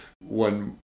one